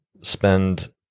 spend